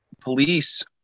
police